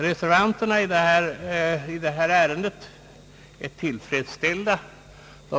Majoriteten av utskottets ledamöter är tillfredsställd i detta ärende.